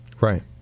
Right